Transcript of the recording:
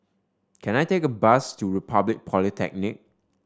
can I take a bus to Republic Polytechnic